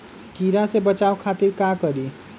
कीरा से बचाओ खातिर का करी?